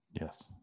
Yes